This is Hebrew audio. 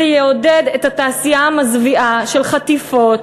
זה יעודד את התעשייה המזוויעה של חטיפות,